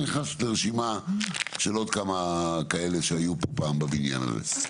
מכניס לרשימה של עוד כמה שהיו פה פעם בבניין הזה.